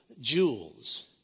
jewels